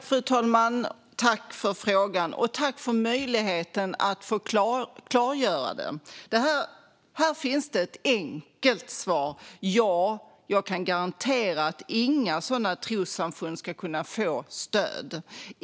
Fru talman! Jag tackar för frågan och möjligheten att klargöra detta. Här finns det ett enkelt svar: Ja, jag kan garantera att inga sådana trossamfund ska kunna få stöd.